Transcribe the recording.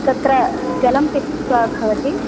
तत्र जलं पिबति वा भवती